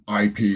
IP